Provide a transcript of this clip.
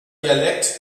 dialekt